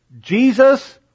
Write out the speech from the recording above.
Jesus